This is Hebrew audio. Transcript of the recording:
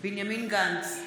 בנימין גנץ,